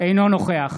אינו נוכח